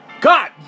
God